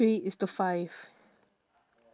three is to five